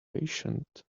patient